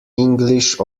english